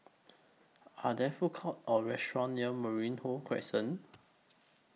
Are There Food Courts Or restaurants near Merino Crescent